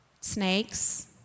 snakes